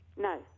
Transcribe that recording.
No